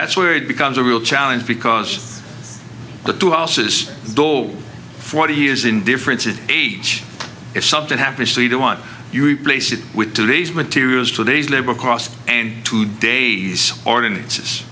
that's where it becomes a real challenge because the two houses bowl forty years in difference of age if something happens to the one you replace it with today's materials today's labor cost and two days ordinances